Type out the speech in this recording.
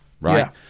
right